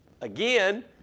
Again